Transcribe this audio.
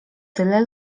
tyle